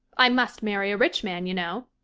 i must marry a rich man, you know.